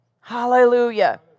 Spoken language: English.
Hallelujah